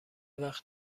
وقت